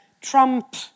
Trump